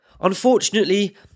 Unfortunately